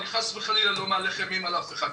אני חס וחלילה לא מהלך אימים על אף אחד.